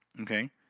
okay